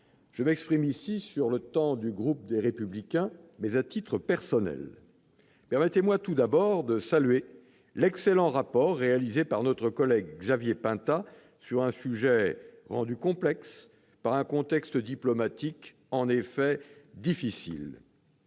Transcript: je m'exprime sur le temps de parole du groupe Les Républicains, mais à titre personnel. Permettez-moi tout d'abord de saluer l'excellent rapport réalisé par notre collègue, Xavier Pintat, sur un sujet rendu complexe par un contexte diplomatique et stratégique difficile.